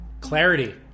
Clarity